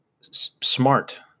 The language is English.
smart